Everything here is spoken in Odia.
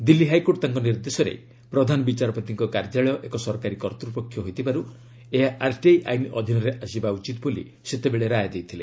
ଦିଲ୍ଲୀ ହାଇକୋର୍ଟ ତାଙ୍କ ନିର୍ଦ୍ଦେଶରେ ପ୍ରଧାନ ବିଚାରପତିଙ୍କ କାର୍ଯ୍ୟାଳୟ ଏକ ସରକାରୀ କର୍ତ୍ତ୍ୱପକ୍ଷ ହୋଇଥିବାର୍ ଏହା ଆର୍ଟିଆଇ ଆଇନ ଅଧୀନରେ ଆସିବା ଉଚିତ ବୋଲି ସେତେବେଳେ ରାୟ ଦେଇଥିଲେ